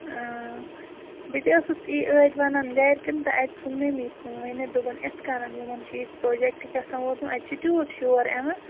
بہٕ تہِ ٲسٕس ای ٲدۍ وَنان گَرِکیٚن تہٕ اَتہِ سُن مٔمی ژھُن ؤنِتھ دوٚپُن اِتھ کَنن یِمَن چھُ ییٚتہِ پرٛوجَکٹ کہتام ووتمُت اَتہِ چھُ تیوٗت شور اِوان